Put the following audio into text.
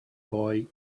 boy